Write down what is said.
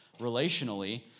relationally